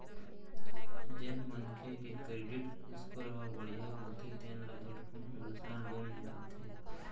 जेन मनखे के करेडिट स्कोर ह बड़िहा होथे तेन ल झटकुन परसनल लोन मिल जाथे